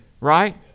Right